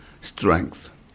strength